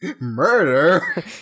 Murder